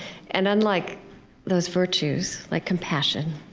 and unlike those virtues like compassion